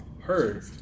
heard